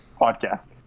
Podcast